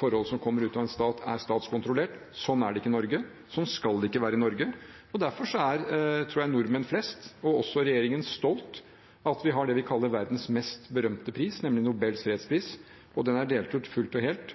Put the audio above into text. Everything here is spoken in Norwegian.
forhold som kommer ut av en stat, er statskontrollert. Sånn er det ikke i Norge. Sånn skal det ikke være i Norge. Derfor tror jeg at nordmenn flest, og også regjeringen, er stolt av at vi har det vi kaller verdens mest berømte pris, nemlig Nobels fredspris. Den blir delt ut fullt og helt